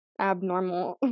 abnormal